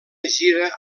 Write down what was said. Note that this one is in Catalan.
gira